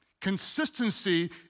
Consistency